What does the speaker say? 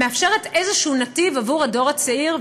מאפשרת איזה נתיב עבור הדור הצעיר,